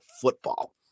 football